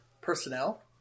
personnel